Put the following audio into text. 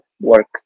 work